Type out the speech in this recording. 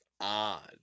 odd